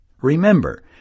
Remember